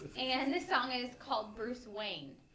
and this song is called bruce wayne?